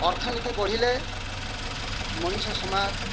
ଅର୍ଥନୀତି ବଢ଼ିଲେ ମଣିଷ ସମାଜ